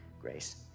Grace